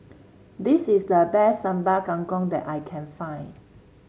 this is the best Sambal Kangkong that I can find